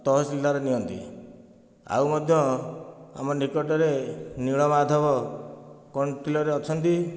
ତହସିଲଦାର ନିଅନ୍ତି ଆଉ ମଧ୍ୟ ଆମ ନିକଟରେ ନୀଳମାଧବ କଣ୍ଟିଲୋରେ ଅଛନ୍ତି